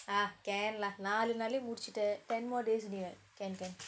ah can lah நாலு நாளே முடுச்சுட்ட:நாலு nalae muduchutta ten more days only [what] can can